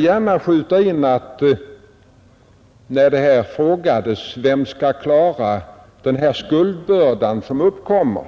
Det frågades här vem som skall klara den skuldbörda som uppkommer